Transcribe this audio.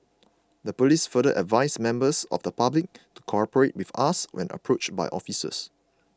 the police further advised members of public to cooperate with us when approached by officers